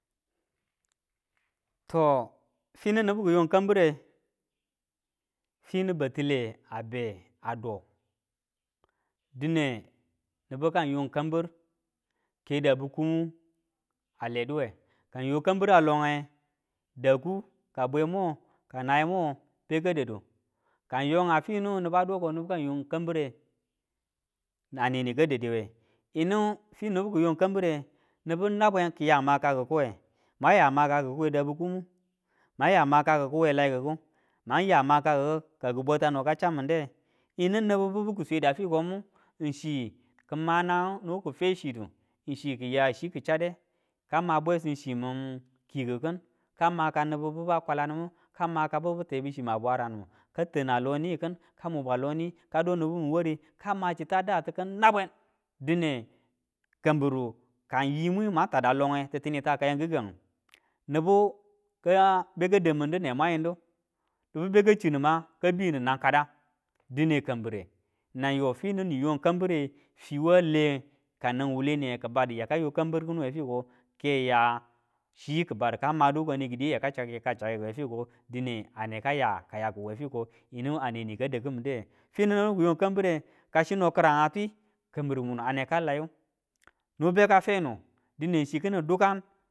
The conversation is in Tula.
To finu nibu kiyon kambire fini batile a be ado dine nibu kang yong kambir ko dabu kumu a le diwe ka ng yo kambira loge daku ka bwemo ka naye mo beka dadu ka yonga finu niba do ka nibu kang yong kambire a neni ka dade we, yinu fi nibu kiyon kambire nibu nabwen kiya makakiwe, mwan ya makakiwe dau kumu mang ya makakiki we laiki kiku, mang ya maka kiku ka ki bwata noka chamin de nibu bibu ki sweda fikomu nibu ki fe chidu, ng chi ki ya chi ki chade kama bwesim kimu min kikiu kin ka maka nibu biba kwalanimu ka maka bibu tebu chima bwaraniun mu, ka tana loni kin ka muba loni kin ka muba loni kin ka do nibu min ware kama chita datu nabwen. Dine kambiru ka ng yi mwi mwan ta da longe titinita kayan kikangyu nibu ka beka damin du ne mwan yin du, nibu beka chinu ma ka binu nang kada dine kambire, nanyo fini ni yong kam bire fiwa lenge kanang wuwule niye kibadu yaka yo kambir kinuwe fiko ke ya chi ki badi ka madu wukane kidiye yaka chake ka chake ku we fiko dine a neka ya kayaki we fiko yinu aneni ka dau kimin de we. Finu nibu kiyon kambi re kasino karang a twi kambir munu ane ka laiyu nibu beka fenu dine ng chi kini dukan.